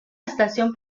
estación